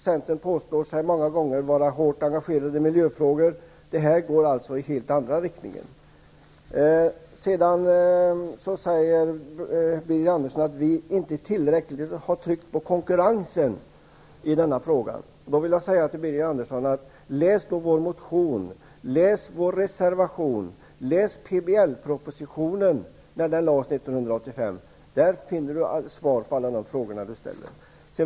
Centern påstår sig många gånger vara hårt engagerad i miljöfrågor, men det här går i en helt annan riktning. Birger Andersson säger att vi inte tillräckligt har tryckt på konkurrensen i denna fråga. Jag vill säga till Birger Andersson: Läs då vår motion, vår reservation och PBL-propositionen, som framlades 1985! Där finner han svar på alla de frågor som han ställer. Fru talman!